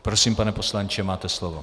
Prosím, pane poslanče, máte slovo.